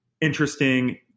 interesting